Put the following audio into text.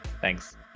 Thanks